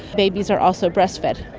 babies are also breastfed.